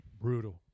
Brutal